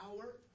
power